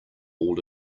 all